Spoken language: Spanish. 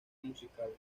musical